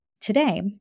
Today